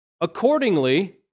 Accordingly